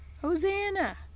Hosanna